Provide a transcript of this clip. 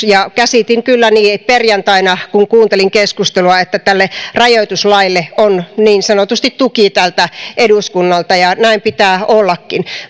ja käsitin kyllä perjantaina niin kun kuuntelin keskustelua että tälle rajoituslaille on niin sanotusti tuki tältä eduskunnalta ja näin pitää ollakin